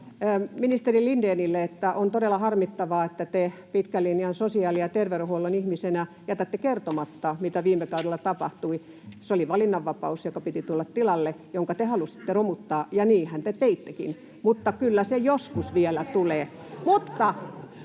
Ministeri Lindénille: On todella harmittavaa, että te pitkän linjan sosiaali -ja terveydenhuollon ihmisenä jätätte kertomatta, mitä viime kaudella tapahtui. Se oli valinnanvapaus, jonka piti tulla tilalle, jonka te halusitte romuttaa, ja niinhän te teittekin, mutta kyllä se joskus vielä tulee.